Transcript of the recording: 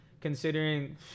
considering